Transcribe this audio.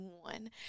one